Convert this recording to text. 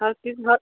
हर किछु हर